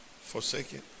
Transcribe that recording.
forsaken